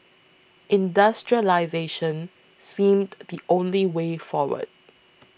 industrialisation seemed the only way forward